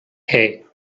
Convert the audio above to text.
hey